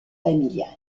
familiale